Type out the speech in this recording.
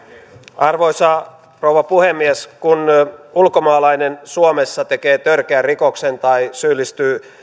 arvoisa rouva puhemies kun ulkomaalainen suomessa tekee törkeän rikoksen tai syyllistyy